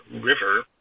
River